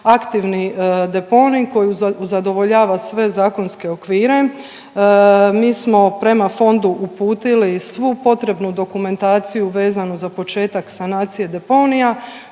aktivni deponij koji zadovoljava sve zakonske okvire. Mi smo prema fondu uputili svu potrebnu dokumentaciju vezanu za početak sanacije deponija,